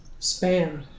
spam